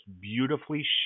beautifully